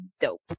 dope